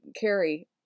Carrie